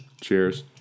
Cheers